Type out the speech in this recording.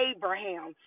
Abraham